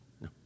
No